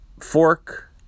Fork